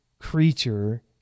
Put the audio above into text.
creature